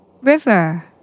River